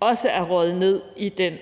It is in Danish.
også er røget ned i den